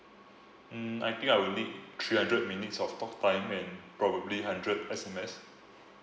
mm I think I will need three hundred minutes of talk time and probably hundred S_M_S